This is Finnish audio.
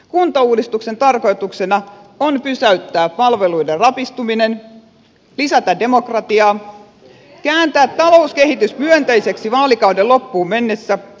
kuntauudistuksen tarkoituksena on pysäyttää palveluiden rapistuminen lisätä demokratiaa ja kääntää talouskehitys myönteiseksi vaalikauden loppuun mennessä